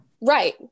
Right